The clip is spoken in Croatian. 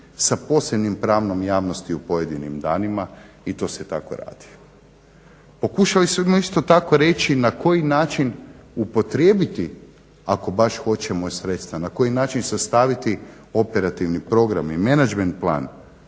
sa posebnim pravom javnosti u pojedinim danima i to se tako radi. Pokušali smo isto tako reći na koji način upotrijebiti ako baš hoćemo sredstva, na koji način sastaviti operativni program i menadžment plan